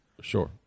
Sure